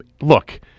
Look